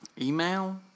Email